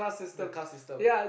the car system